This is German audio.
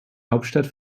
hauptstadt